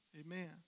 Amen